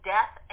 Death